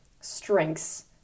strengths